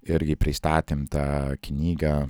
irgi pristatėm tą knygą